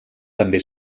també